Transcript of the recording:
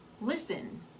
listen